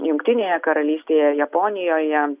jungtinėje karalystėje japonijoje